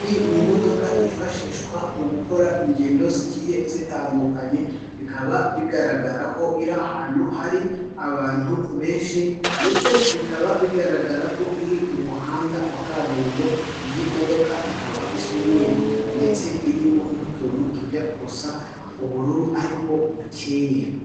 Ni imodoka yifashishwa mu gukora ingendo zigiye zitandukanye, bikaba bigaragara ko iri ahantu hari abantu benshi ndetse bikaba bigaragara ko iri umuhanda wa kaburimbo, iyi modoka ikaba isa mweruru ndetse irimo n'utuntu tujya gusa ubururu ariko bucyeye.